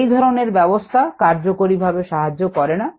এই ধরনের ব্যবস্থা কার্যকরীভাবে সাহায্য করে না